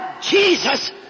Jesus